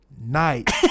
night